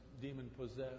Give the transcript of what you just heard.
demon-possessed